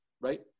right